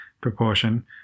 proportion